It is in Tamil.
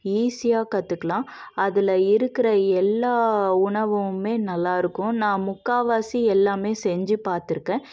ஈஸியாக கற்றுக்குலாம் அதில் இருக்கிற எல்லா உணவுமே நல்லாயிருக்கும் நான் முக்கால்வாசி எல்லாமே செஞ்சு பார்த்துருக்கேன்